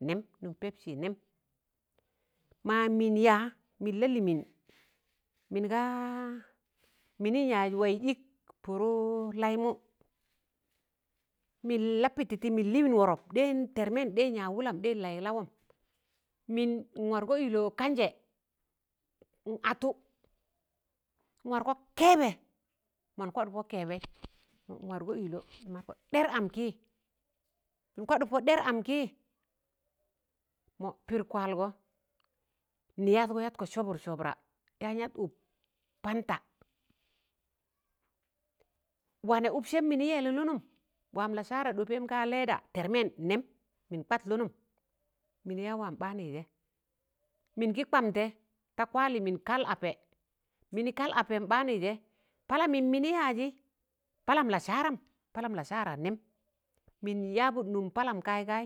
nem, nụm pepsi nẹm, ma ya min ya min laliimin, min ga minin yan waiz ịk, pụrụ laimụ min lapititi, min liiwin wọrọp ɗẹn tẹrmẹn, ɗẹn yaag wụlam, ɗẹn layụk lawọm, min, nwargọ llọ kanjẹ n'atụ, n'wargọ kẹẹbẹ, mọn kwaḍụk pọ kẹbẹi nwargọ ịlọ nwargọ dẹr am kii, mọn kwaḍụk pọ dẹr am kii mọ pid kwalgọ niyadgọ yatkọ sọbụr sọbra yaan yat ụk panta wanẹ ụksẹm mini yẹlụlụnụm, wam lasara ɗọpẹim ka leda tẹrmẹn nẹm, min kwat lụnụm, miniya wam baanụi jẹ mini gi kwamtẹ ta kwali, min kal apẹ mini kal apẹm baanụi jẹ palamụn mini yaji, palam lasaram palam lasara nẹm min yabụt nụm palam kayi gayi.